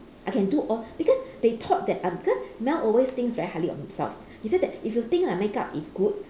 I can do all because they thought that I because mel always thinks very highly of himself he said that if you think my makeup is good